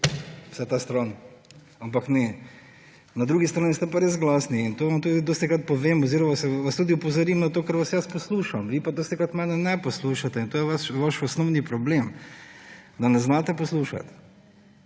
vsaj ta stran, ampak ne. Na drugi strani ste pa res glasni in to vam tudi dostikrat povem oziroma vas opozorim na to, ker vas jaz poslušam. Vi pa dostikrat mene ne poslušate in to je vaš osnovni problem – da ne znate poslušati.